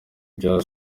ibya